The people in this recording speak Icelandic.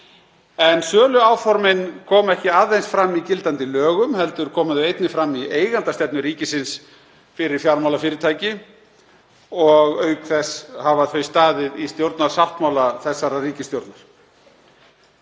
Söluáformin koma ekki aðeins fram í gildandi lögum heldur koma þau einnig fram í eigendastefnu ríkisins fyrir fjármálafyrirtæki og auk þess hafa þau staðið í stjórnarsáttmála þessarar ríkisstjórnar.